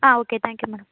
ah okay thank you madam